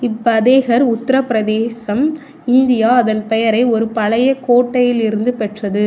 Fatehgarh Uttar Pradesh India அதன் பெயரை ஒரு பழைய கோட்டையிலிருந்து பெற்றது